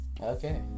Okay